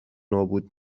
نابود